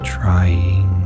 trying